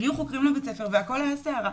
הגיעו חוקרים לבית הספר והיתה סערה,